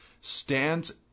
stands